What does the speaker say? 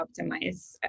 optimize